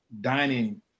dining